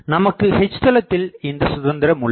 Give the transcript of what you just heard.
நமக்கு H தளத்தில் இந்தச் சுதந்திரம் உள்ளது